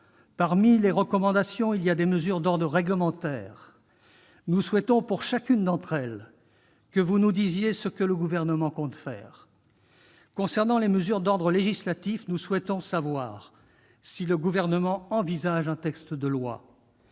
Parmi nos recommandations figurent des mesures d'ordre réglementaire. Nous souhaitons, pour chacune d'elles, que vous nous disiez ce que le Gouvernement compte faire. Concernant les mesures d'ordre législatif, nous souhaitons savoir si le Gouvernement envisage un texte de loi.